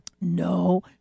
No